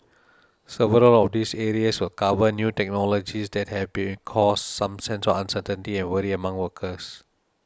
several of these areas will cover new technologies that have been caused some sense uncertainty and worry among workers